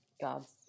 God's